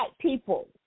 people